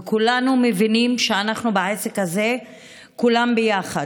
וכולנו מבינים שאנחנו בעסק הזה כולם ביחד.